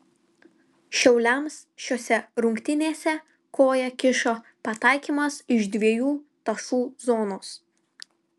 šiauliams šiose rungtynėse koją kišo pataikymas iš dviejų tašų zonos